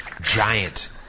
Giant